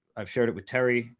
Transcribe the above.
i've shared it with terry,